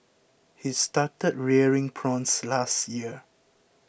he started rearing prawns last year